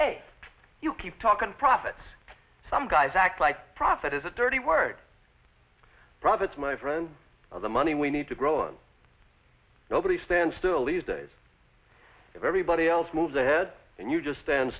say you keep talking profit some guys act like profit is a dirty word profits my friends are the money we need to grow and nobody stands still these days everybody else moves ahead and you just stand